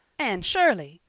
anne shirley!